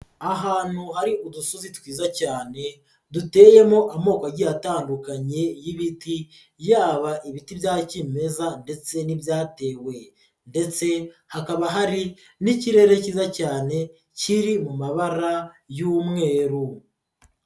Ahantu hari udusozi twiza cyane duteyemo amoko agiye atandukanye y'ibiti, yaba ibiti bya kimeza ndetse n'ibyatewe ndetse hakaba hari n'ikirere kiza cyane kiri mu mabara y'umweru.